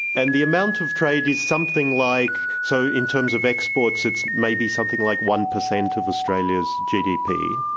and the amount of trade is something like, so in terms of exports it's maybe something like one percent of australia's gdp.